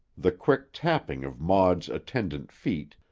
the quick tapping of maud's attendant feet,